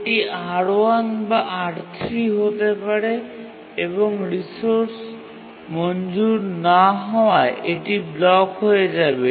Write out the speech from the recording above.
সেটি R1 বা R3 হতে পারে এবং রিসোর্স মঞ্জুর না হওয়ায় এটি ব্লক হয়ে যাবে